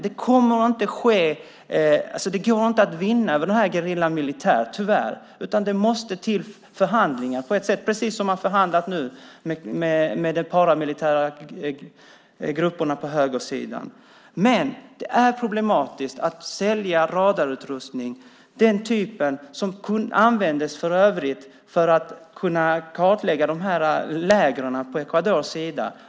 Det går inte att vinna över gerillan militärt, tyvärr, utan det måste till förhandlingar på samma sätt som man förhandlat med de paramilitära grupperna på högersidan. Det är emellertid problematiskt att sälja radarutrustning, för övrigt av samma typ som den som användes till att kartlägga lägren på den ecuadorianska sidan.